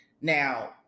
Now